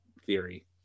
theory